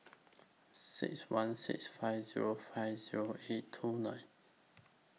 six one six five Zero five Zero eight two nine